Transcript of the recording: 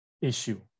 issue